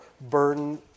burden